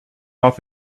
off